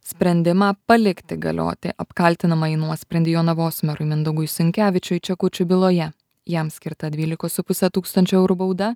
sprendimą palikti galioti apkaltinamąjį nuosprendį jonavos merui mindaugui sinkevičiui čekučių byloje jam skirta dvylikos su puse tūkstančio eurų bauda